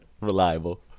reliable